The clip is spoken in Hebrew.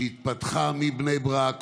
שהתפתחה מבני ברק